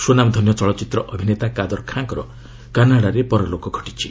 ସ୍ୱନାମଧନ୍ୟ ଚଳଚ୍ଚିତ୍ର ଅଭିନେତା କାଦର ଖାଁଙ୍କର କାନାଡାରେ ପରଲୋକ ଘଟିଛି